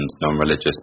non-religious